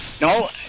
No